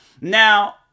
Now